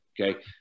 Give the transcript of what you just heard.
okay